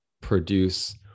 produce